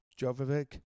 Jovovic